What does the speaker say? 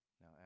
Now